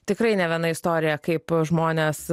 tikrai ne viena istorija kaip žmonės